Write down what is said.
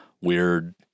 weird